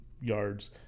yards